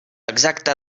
exacta